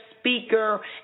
speaker